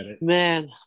man